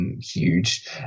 Huge